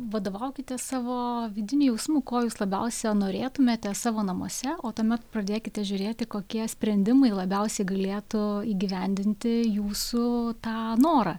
vadovaukitės savo vidiniu jausmu ko jūs labiausia norėtumėte savo namuose o tuomet pradėkite žiūrėti kokie sprendimai labiausiai galėtų įgyvendinti jūsų tą norą